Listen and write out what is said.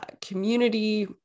community